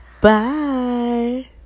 bye